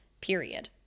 period